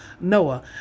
Noah